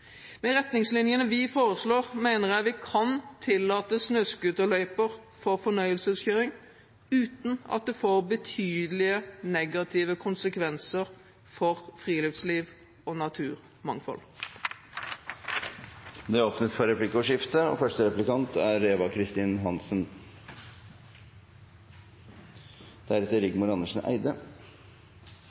Med retningslinjene vi foreslår, mener jeg vi kan tillate snøscooterløyper for fornøyelseskjøring uten at det får betydelige negative konsekvenser for friluftsliv og naturmangfold. Det åpnes for replikkordskifte. Som komitélederen poengterte i sitt innlegg, er dette første